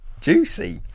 Juicy